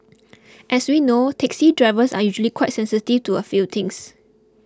as we know taxi drivers are usually quite sensitive to a few things